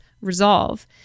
resolve